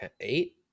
eight